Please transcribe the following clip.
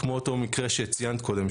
כמו אותו מקרה שציינת קודם,